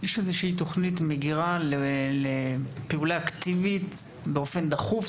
יש איזושהי תוכנית מגירה לפעולה אקטיבית באופן דחוף?